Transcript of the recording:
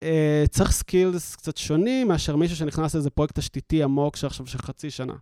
צריך סקילס קצת שונים מאשר מישהו שנכנס לאיזה פרויקט תשתיתי עמוק של עכשיו של חצי שנה.